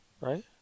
Right